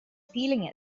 feeling